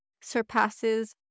surpasses